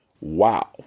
Wow